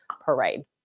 parade